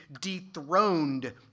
dethroned